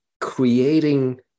creating